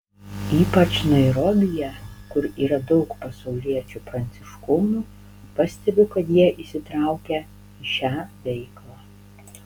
ypač nairobyje kur yra daug pasauliečių pranciškonų pastebiu kad jie įsitraukę į šią veiklą